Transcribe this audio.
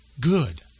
good